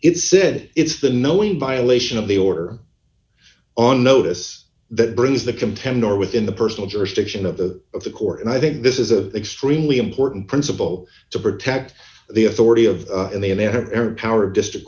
it said it's the knowing violation of the order on notice that brings the content or within the personal jurisdiction of the of the court and i think this is a greenly important principle to protect the authority of the inerrant power district